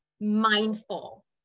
mindful